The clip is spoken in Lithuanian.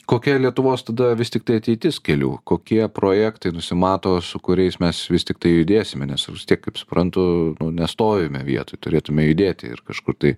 kokia lietuvos tada vis tiktai ateitis kelių kokie projektai nusimato su kuriais mes vis tiktai judėsime nes vis tiek kaip suprantu nestovime vietoj turėtume judėti ir kažkur tai